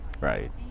Right